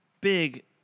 Big